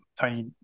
tiny